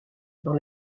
dans